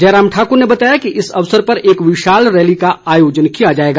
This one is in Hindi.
जयराम ठाकुर ने बताया कि इस अवसर पर एक विशाल रैली का आयोजन किया जाएगा